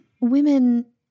women